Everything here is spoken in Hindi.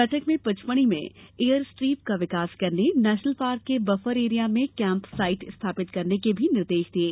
बैठक में पचमढ़ी में एयर स्ट्रीप का विकास करने नेशनल पार्क के बफर एरिया में कैम्प साइट स्थापित करने के भी निर्देश दिये